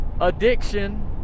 Addiction